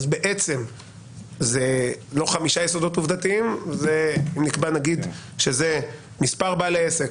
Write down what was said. אז בעצם אלה לא חמישה יסודות עובדתיים אלא נקבע נגיד שזה מספר בעלי עסק,